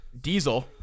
Diesel